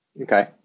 Okay